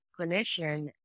clinician